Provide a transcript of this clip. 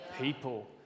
people